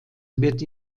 wird